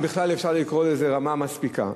אם בכלל אפשר לקרוא לזה רמה מספיקה.